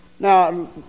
Now